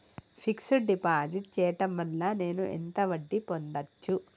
Fix డ్ deposit చేయటం వల్ల నేను ఎంత వడ్డీ పొందచ్చు?